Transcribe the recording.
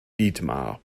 dietmar